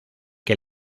que